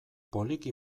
poliki